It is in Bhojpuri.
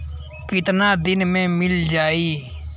कितना दिन में मील जाई?